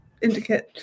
indicate